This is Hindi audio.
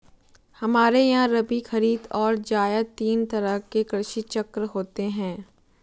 हमारे यहां रबी, खरीद और जायद तीन तरह के कृषि चक्र होते हैं